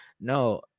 No